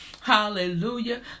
Hallelujah